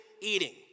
eating